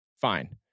fine